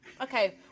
okay